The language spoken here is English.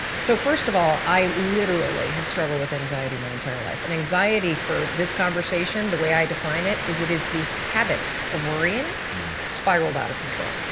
so first of all i literally have struggled with anxiety my entire life and anxiety for this conversation the way i define it is it is the habit of worrying spiraled out of control.